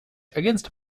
against